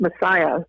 Messiah